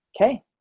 Okay